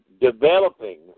developing